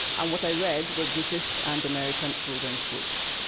and what i read were british and american children's books.